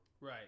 Right